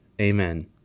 Amen